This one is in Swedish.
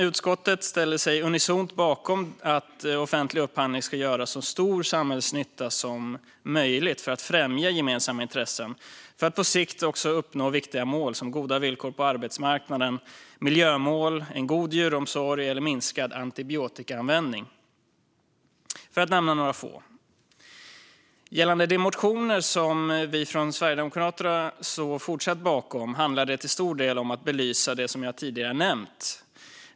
Utskottet ställer sig unisont bakom att offentlig upphandling ska göra så stor samhällsnytta som möjligt för att främja gemensamma intressen och för att på sikt uppnå viktiga mål som goda villkor på arbetsmarknaden, miljömål, en god djuromsorg och minskad antibiotikaanvändning, för att nämna några få saker. De motioner som vi från Sverigedemokraterna fortsatt står bakom handlar till stor del om att belysa det som jag tidigare har nämnt.